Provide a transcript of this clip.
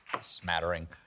Smattering